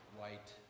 white